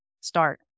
start